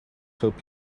hope